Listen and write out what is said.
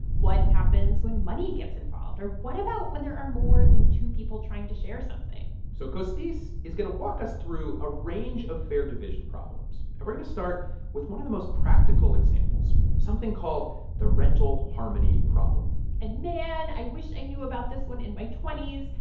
what happens when money gets involved? or what about when there are more than two people trying to share something? so costis is going to walk us through a range of fair division problems. and we're going to start with one of the most practical examples, something called the rental harmony problem and man, i wish i knew about this one in my twenty s.